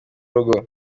rugo